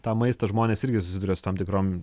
tą maistą žmonės irgi susiduria su tam tikrom